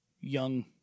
young